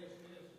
יש, יש.